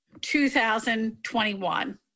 2021